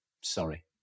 Sorry